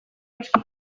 noski